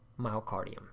myocardium